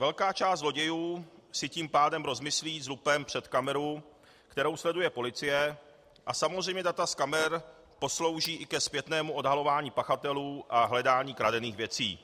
Velká část zlodějů si potom rozmyslí s lupem před kameru, kterou sleduje policie, a samozřejmě data z kamer poslouží i ke zpětnému odhalování pachatelů a hledání kradených věcí.